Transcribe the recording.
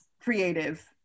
creative